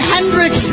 Hendrix